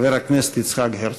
חבר הכנסת יצחק הרצוג.